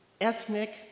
ethnic